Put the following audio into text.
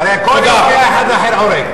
הרי כל יום היה אחד אחר עורק.